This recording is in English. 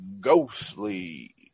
Ghostly